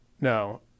no